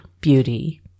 beauty